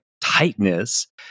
tightness